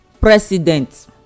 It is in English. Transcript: president